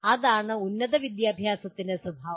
അതാണ് ഉന്നത വിദ്യാഭ്യാസത്തിന്റെ സ്വഭാവം